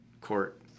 court